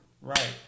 right